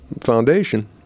foundation